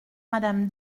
madame